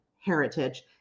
heritage